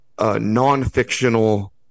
non-fictional